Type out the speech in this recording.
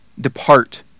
depart